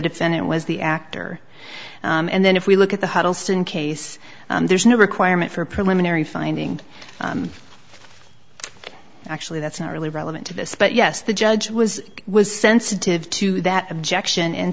defendant was the actor and then if we look at the huddleston case there's no requirement for a preliminary finding actually that's not really relevant to this but yes the judge was was sensitive to that objection and